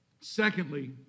secondly